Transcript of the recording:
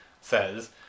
says